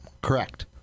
Correct